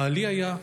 בזמנו בעלי היה,